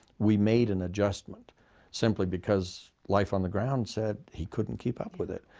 we made an adjustment simply because life on the ground said he couldn't keep up with it.